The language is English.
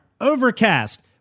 Overcast